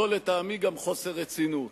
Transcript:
זה לטעמי גם חוסר רצינות.